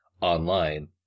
online